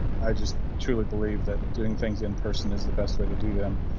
i just truly believe that doing things in person is the best way to do them.